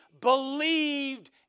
believed